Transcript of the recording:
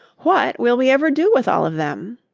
what will we ever do with all of them?